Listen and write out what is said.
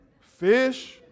fish